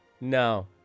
No